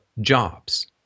jobs